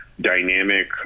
dynamic